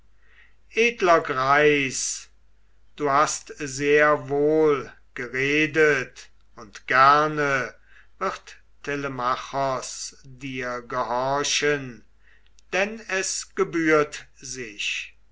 edler greis du hast sehr wohl geredet und gerne wird telemachos dir gehorchen denn es gebührt sich